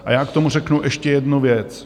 A já k tomu řeknu ještě jednu věc.